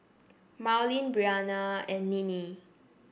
Marylyn Briana and Ninnie